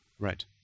Right